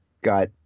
got